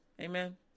Amen